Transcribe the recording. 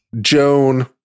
Joan